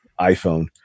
iPhone